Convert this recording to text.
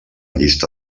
llista